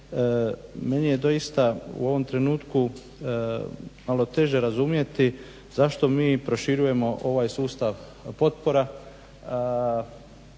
Meni je doista u ovom trenutku malo teže razumjeti zašto mi proširujemo ovaj sustav potpora